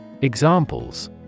Examples